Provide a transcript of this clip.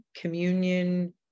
communion